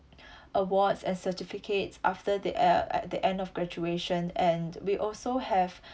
awards and certificates after the en~ en~ the end of graduation and we also have